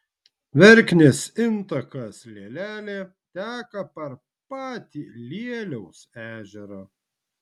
verknės intakas lielelė teka per patį lieliaus ežerą